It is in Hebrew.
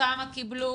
כמה הם קיבלו,